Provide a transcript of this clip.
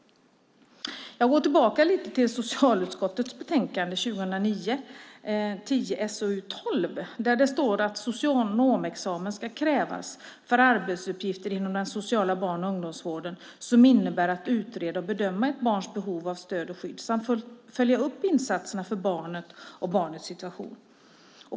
Jag går tillbaka lite grann till socialutskottets betänkande 2009/10:SoU12. Där står att socionomexamen ska krävas för arbetsuppgifter inom den sociala barn och ungdomsvården som innebär att utreda och bedöma ett barns behov av stöd och skydd samt följa upp insatserna för barnet och barnets situation.